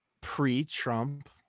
pre-Trump